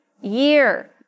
year